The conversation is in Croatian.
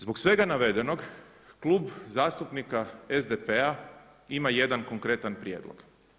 Zbog svega navedenog Klub zastupnika SDP-a ima jedan konkretan prijedlog.